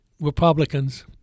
Republicans